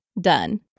done